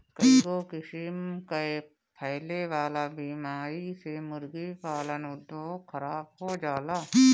कईगो किसिम कअ फैले वाला बीमारी से मुर्गी पालन उद्योग खराब हो जाला